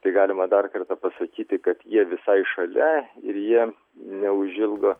tai galima dar kartą pasakyti kad jie visai šalia ir jie neužilgo